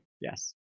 Yes